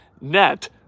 net